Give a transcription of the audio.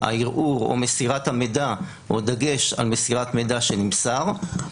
הערעור או מסירת המידע או דגש על מסירת מידע שנמסר,